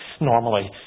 normally